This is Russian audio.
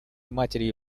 матерью